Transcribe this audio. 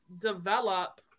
develop